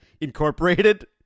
incorporated